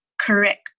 correct